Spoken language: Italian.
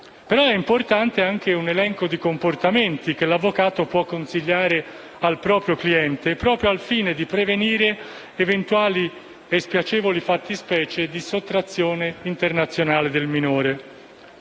È importante anche un elenco di comportamenti che l'avvocato può consigliare al proprio cliente al fine di prevenire eventuali e spiacevoli fattispecie di sottrazione internazionale del minore.